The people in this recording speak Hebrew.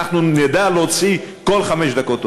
נדע להוציא כל חמש דקות אוטובוס.